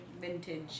vintage